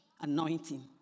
anointing